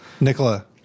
Nicola